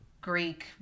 Greek